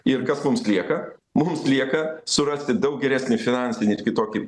ir kas mums lieka mums lieka surasti daug geresnį finansinį ir kitokį